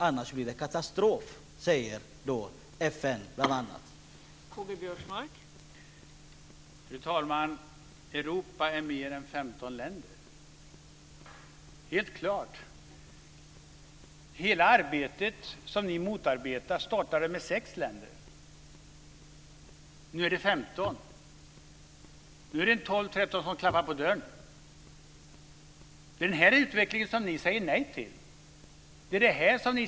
Annars blir det nämligen katastrof, säger bl.a. FN.